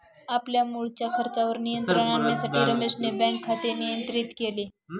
आपल्या मुळच्या खर्चावर नियंत्रण आणण्यासाठी रमेशने बँक खाते नियंत्रित केले